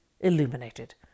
illuminated